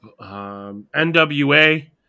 NWA